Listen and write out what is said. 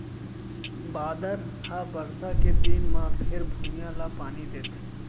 बादर ह बरसा के दिन म फेर भुइंया ल पानी देथे